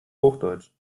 hochdeutsch